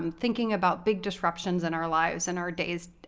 um thinking about big disruptions in our lives, and our days,